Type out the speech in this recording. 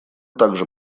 также